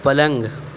پلنگ